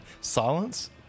Silence